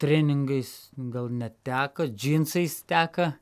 treningais gal neteko džinsais teka